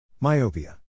Myopia